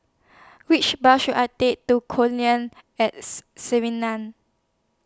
Which Bus should I Take to At